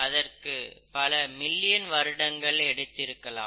அதற்கு பல மில்லியன் வருடங்கள் எடுத்திருக்கலாம்